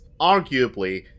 arguably